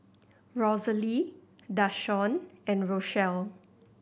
Rosalie Dashawn and Rochelle